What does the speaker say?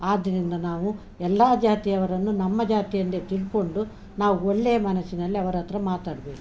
ಆದ್ದರಿಂದ ನಾವು ಎಲ್ಲಾ ಜಾತಿಯವರನ್ನು ನಮ್ಮ ಜಾತಿಯೆಂದೇ ತಿಳ್ಕೊಂಡು ನಾವು ಒಳ್ಳೆಯ ಮನಸ್ಸಿನಲ್ಲಿ ಅವರ ಹತ್ರ ಮಾತಾಡಬೇಕು